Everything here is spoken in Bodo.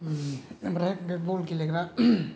ओमफ्राय बे बल गेलेग्रा